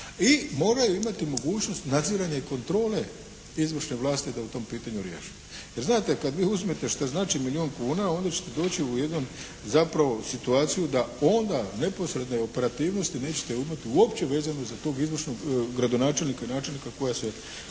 i moraju imati mogućnost nadziranja kontrole izvršne vlasti da u tom pitanju rješava. Jer znate, kad vi uzmete šta znači milijun kuna onda ćete doći u jednu zapravo situaciju da onda neposredne operativnosti nećete imati uopće vezano za tog izvršenog gradonačelnika i načelnika koji se kao